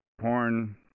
porn